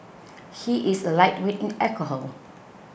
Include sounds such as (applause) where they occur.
(noise) he is a lightweight in alcohol